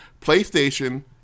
PlayStation